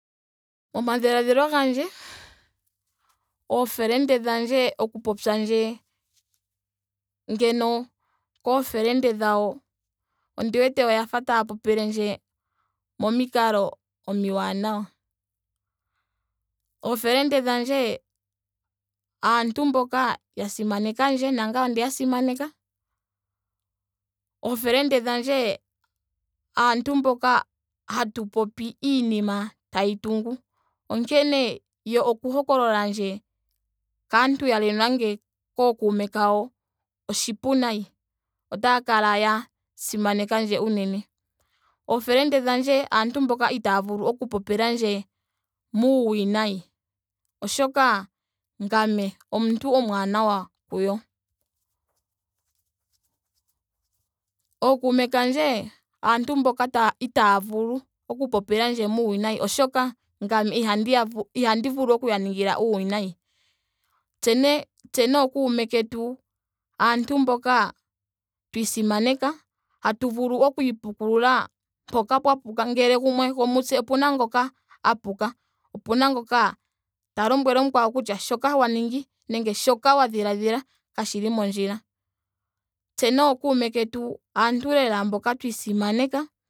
Omadhiladhilo gandje. oofelende dhandje oku popya ndje ngeno koofelende dhawo ondi wete oya fa taya popilendje momikalo omiwanawa. Oofelende dhandje aantu mboka ya simanekandje. nangame ondeya simaneka. oofelende dhandje aantu mboka hatu popi nayo iinima tayi tungu. Onkene yo oku hokololandje kaantu yalwe nenge kookume kawo oshipu nayi. Otaya kala ya simanekandje unene. Oofelende dhandje aantu mboka itaaya vulu oku popilandje muuwinayi. Oshoka ngame omuntu omwaanawa kuyo. Ookume kandje aantu mboka taya vulu itaaya vulu oku popilandje muwinayi oshoka ngame ihandi ya vulu ihandi vulu okuya ningila uuwinayi. Tse ne- tse nookume ketu aanu mboka twa isimaneka. hatu vulu oku ipukulula mpoka pwa puka ngele gumwe gomutse opena ngoka a puka. Opena ngoka ta lombwele mukwawo kutya shoka wa ningi nenge shoka wa dhiladhila kashili mondjila. Tse nookume ketu aantu mboka lela twa isimaneka